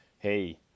Hey